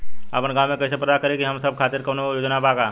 आपन गाँव म कइसे पता करि की हमन सब के खातिर कौनो योजना बा का?